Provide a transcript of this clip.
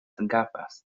gafas